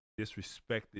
disrespected